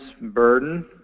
burden